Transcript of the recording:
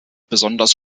besonders